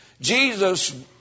Jesus